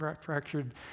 fractured